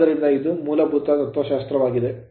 ಆದ್ದರಿಂದ ಇದು ಮೂಲಭೂತ ತತ್ವಶಾಸ್ತ್ರವಾಗಿದೆ